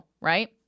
right